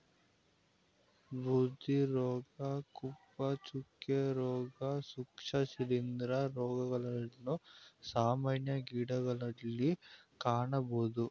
ಬೂದಿ ರೋಗ, ಕಪ್ಪು ಚುಕ್ಕೆ, ರೋಗ, ಸೂಕ್ಷ್ಮ ಶಿಲಿಂದ್ರ ರೋಗಗಳನ್ನು ಸಾಮಾನ್ಯ ಗಿಡಗಳಲ್ಲಿ ಕಾಣಬೋದು